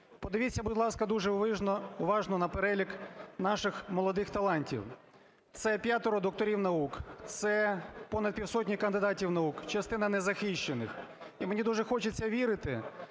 Подивіться, будь ласка, дуже уважно на перелік наших молодих талантів – це п'ятеро докторів наук, це понад півсотні кандидатів наук, частина незахищених. І мені дуже хочеться вірити,